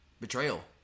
betrayal